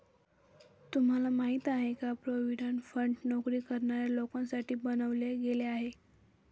तुम्हाला माहिती आहे का? प्रॉव्हिडंट फंड नोकरी करणाऱ्या लोकांसाठी बनवले गेले आहे